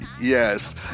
Yes